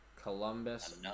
Columbus